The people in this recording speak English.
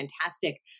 fantastic